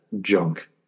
junk